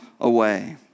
away